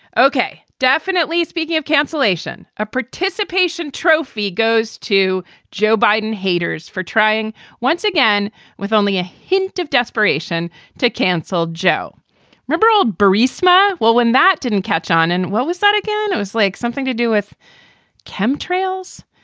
ok, definitely. speaking of cancellation, a participation trophy goes to joe biden haters for trying once again with only a hint of desperation to cancel joe liberal barry smy. well, when that didn't catch on and what was said again and was like something to do with chem trails.